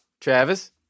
travis